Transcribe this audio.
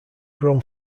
grown